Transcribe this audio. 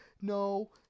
no